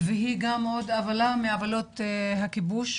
והיא גם עוד עוולה מעוולות הכיבוש.